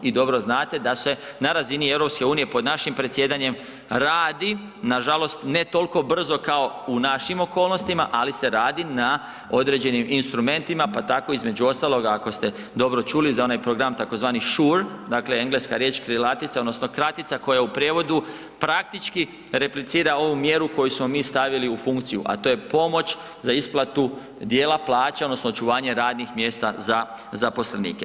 Vi dobro znate da se na razini EU pod našim predsjedanjem radi, nažalost ne toliko brzo kao u našim okolnostima, ali se radi na određenim instrumentima pa tako između ostaloga ako ste dobro čuli za onaj program tzv. SURE engleska riječ krilatica odnosno kratica koja u prijevodu praktički replicira ovu mjeru koju smo mi stavili u funkciju, a to je pomoć za isplatu dijela plaća odnosno očuvanja radnih mjesta za zaposlenike.